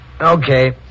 Okay